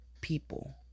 people